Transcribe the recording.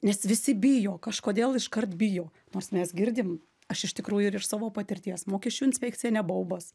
nes visi bijo kažkodėl iškart bijo nors mes girdim aš iš tikrųjų ir iš savo patirties mokesčių inspekcija ne baubas